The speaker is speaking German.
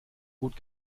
gut